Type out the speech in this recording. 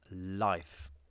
life